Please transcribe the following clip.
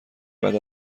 بعد